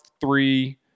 three